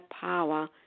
power